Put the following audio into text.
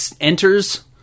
enters